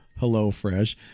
HelloFresh